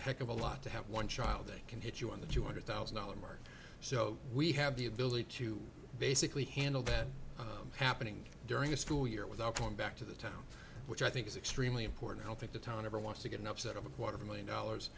a heck of a lot to have one child they can hit you on the two hundred thousand dollars mark so we have the ability to basically handle that happening during a school year without going back to the town which i think is extremely important i don't think the town ever wants to get upset over a quarter million dollars